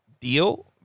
deal